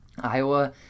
Iowa